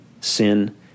sin